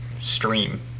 stream